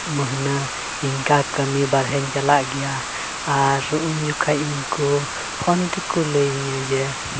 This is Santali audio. ᱢᱟᱹᱦᱱᱟᱹ ᱚᱱᱠᱟ ᱠᱟᱹᱢᱤ ᱵᱟᱦᱨᱮᱧ ᱪᱟᱞᱟᱜ ᱜᱮᱭᱟ ᱟᱨ ᱩᱱ ᱡᱚᱠᱷᱚᱱ ᱤᱧ ᱠᱚ ᱯᱷᱳᱱ ᱛᱮᱠᱚ ᱞᱟᱹᱭ ᱤᱧᱟᱹ ᱡᱮ